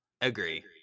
Agree